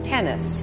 Tennis